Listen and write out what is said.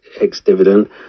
ex-dividend